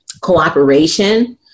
cooperation